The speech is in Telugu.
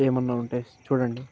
ఏమన్నా ఉంటే చూడండి